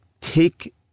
take